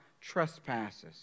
trespasses